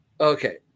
okay